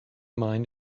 mind